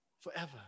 forever